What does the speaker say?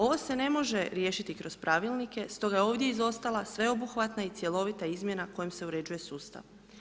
Ovo se ne može riješiti kroz pravilnike stoga je ovdje izostala sveobuhvatna i cjelovita izmjena kojom se uređuje sustav.